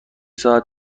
ساعت